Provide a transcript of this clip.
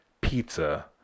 pizza